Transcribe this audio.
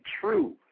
true